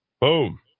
Boom